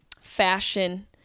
fashion